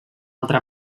altra